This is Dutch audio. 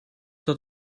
dat